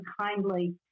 kindly